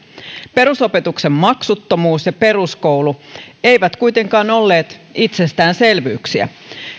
perusopetuksen maksuttomuus ja peruskoulu eivät kuitenkaan olleet itsestäänselvyyksiä